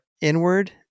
inward